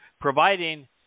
providing